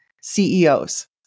CEOs